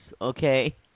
okay